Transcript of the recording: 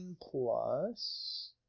plus